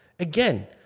Again